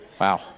Wow